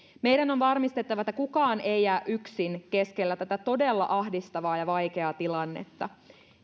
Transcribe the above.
meidän on varmistettava että kukaan ei jää yksin keskellä tätä todella ahdistavaa ja vaikeaa tilannetta